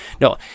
No